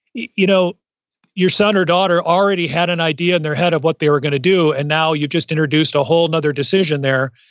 you know your son or daughter already had an idea in their head of what they were going to do, and now you've just introduced a whole and other decision there,